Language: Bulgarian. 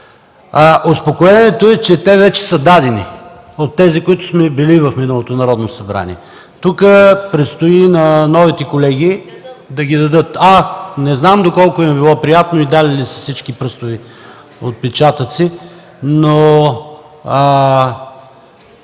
Успокоението е, че те вече са дадени – от тези, които сме били в миналото Народно събрание. Тук предстои новите колеги да ги дадат. (Реплики.) Не знам доколко им е било приятно и дали ли са всички пръстови отпечатъци, но